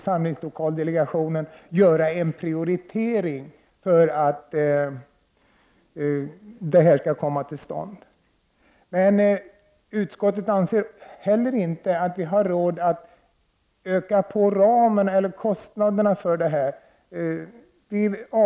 Samlingslokalsdelegationen bör göra en prioritering av projekt av denna typ. Utskottet anser dock inte att vi har råd att totalt sett utöka kostnadsramen av detta skäl.